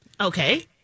Okay